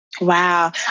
Wow